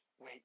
Wait